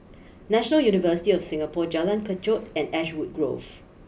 National University of Singapore Jalan Kechot and Ashwood Grove